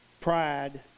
pride